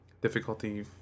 difficulty